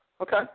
Okay